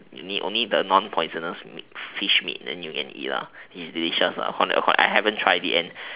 only only the non poisonous fish meat then you can eat lah it's delicious lah I haven't tried it and